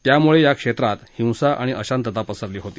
त्यामुळे या क्षेत्रात हिंसा आणि अशांतता पसरली होती